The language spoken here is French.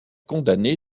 condamné